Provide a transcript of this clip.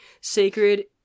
Sacred